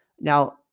Now